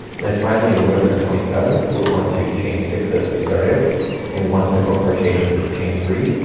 then finally in row number twenty seven we're going to chain six as we start out and one single crochet into this chain three,